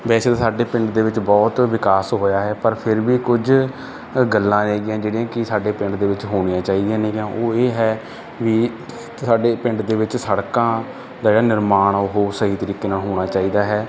ਵੈਸੇ ਤਾਂ ਸਾਡੇ ਪਿੰਡ ਦੇ ਵਿੱਚ ਬਹੁਤ ਵਿਕਾਸ ਹੋਇਆ ਹੈ ਪਰ ਫਿਰ ਵੀ ਕੁਝ ਗੱਲਾਂ ਨੇਗੀਆਂ ਜਿਹੜੀਆਂ ਕਿ ਸਾਡੇ ਪਿੰਡ ਦੇ ਵਿੱਚ ਹੋਣੀਆਂ ਚਾਹੀਦੀਆਂ ਨੇਗੀਆਂ ਉਹ ਇਹ ਹੈ ਵੀ ਸਾਡੇ ਪਿੰਡ ਦੇ ਵਿੱਚ ਸੜਕਾਂ ਦਾ ਜਿਹੜਾ ਨਿਰਮਾਣ ਉਹ ਸਹੀ ਤਰੀਕੇ ਨਾਲ ਹੋਣਾ ਚਾਹੀਦਾ ਹੈ